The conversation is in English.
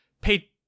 pay